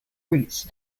routes